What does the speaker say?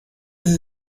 sie